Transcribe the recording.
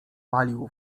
palił